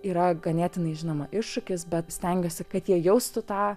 yra ganėtinai žinoma iššūkis bet stengiuosi kad jie jaustų tą